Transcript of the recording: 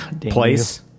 place